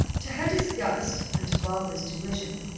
to her disgust, and to barbara's derision,